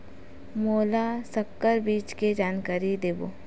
मोला संकर बीज के जानकारी देवो?